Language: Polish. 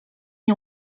nie